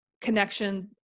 connection